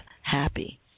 Happy